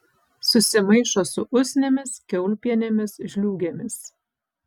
susimaišo su usnimis kiaulpienėmis žliūgėmis